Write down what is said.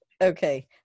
Okay